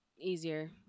Easier